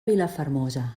vilafermosa